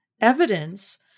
evidence